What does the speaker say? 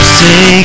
say